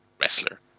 wrestler